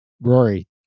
Rory